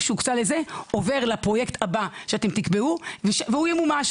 שהוקצה לזה עובר לפרויקט הבא שאתם תקבעו והוא ימומש.